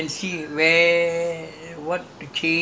err tasters to come and taste the product